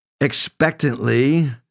expectantly